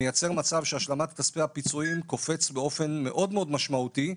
מייצר מצב שהשלמת כספי הפיצויים קפצת באופן מאוד מאוד משמעותי,